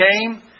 came